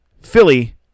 Philly